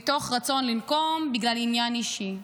מתוך רצון לנקום בגלל עניין אישי.